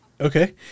Okay